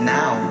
now